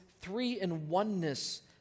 three-in-oneness